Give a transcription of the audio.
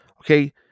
okay